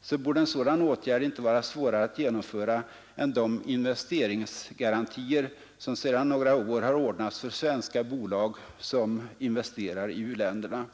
så borde en sådan åtgärd inte vara svårare att genomföra än de investeringsgarantier, som sedan några år har ordnats för svenska bolag som investerar i u-länderna.